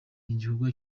igikorwa